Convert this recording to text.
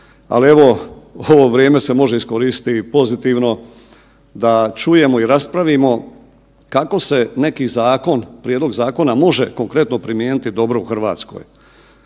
Ali evo ovo vrijeme se može iskoristiti i pozitivno da čujemo i raspravimo kako se neki zakon, prijedlog zakona može konkretno primijeniti dobro u RH.